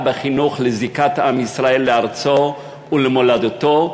בחינוך לזיקת עם ישראל לארצו ולמולדתו,